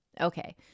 Okay